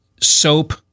soap